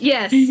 Yes